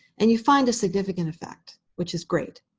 and you find a significant effect, which is great.